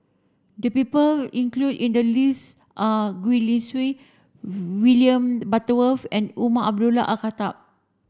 the people includ in the list are Gwee Li Sui William Butterworth and Umar Abdullah Al Khatib